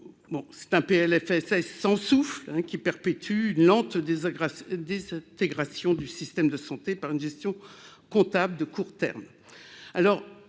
c'est un PLFSS sans souffle, hein, qui perpétue une lente désagrafé désintégration du système de santé par une gestion comptable de court terme